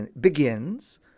begins